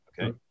okay